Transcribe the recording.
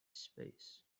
space